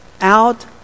out